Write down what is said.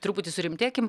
truputį surimtėkim